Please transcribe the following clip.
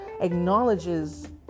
acknowledges